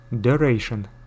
Duration